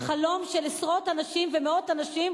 החלום של עשרות אנשים ומאות אנשים,